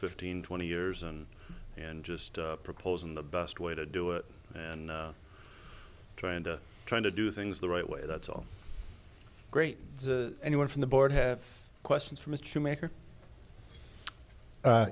fifteen twenty years and and just proposing the best way to do it and try and trying to do things the right way that's all great anyone from the board have questions from a